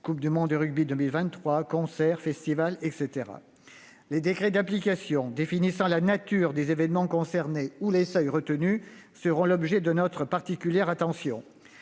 Coupe du monde de rugby 2023, concerts, festivals ... Les décrets d'application définissant la nature des événements concernés ou les seuils retenus seront l'objet de notre particulière attention.